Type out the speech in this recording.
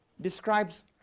describes